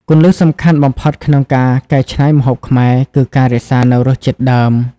គន្លឹះសំខាន់បំផុតក្នុងការកែច្នៃម្ហូបខ្មែរ គឺ ការរក្សានូវរសជាតិដើម។